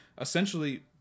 essentially